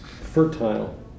Fertile